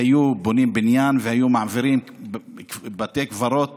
אם היו בונים בניין והיו מעבירים בתי קברות